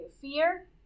fear